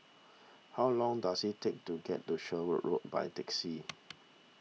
how long does it take to get to Sherwood Road by taxi